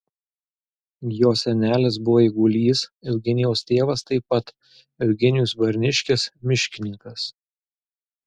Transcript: jo senelis buvo eigulys eugenijaus tėvas taip pat eugenijus barniškis miškininkas